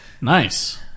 Nice